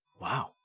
wow